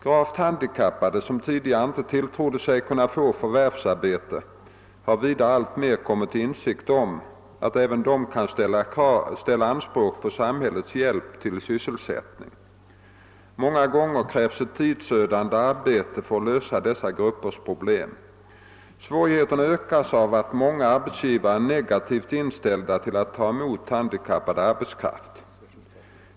Gravt handikappade, som tidigare inte tilltrodde sig att kunna få förvärvsarbete, har vidare alltmer kommit till insikt om att även de kan ställa anspråk på samhällets hjälp till sysselsättning. Många gånger krävs ett tidsödande arbete för att lösa dessa gruppers problem. Svårigheterna ökas av att många arbetsgivare är negativt inställda till att ta emot handikappad arbetskraft.